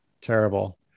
terrible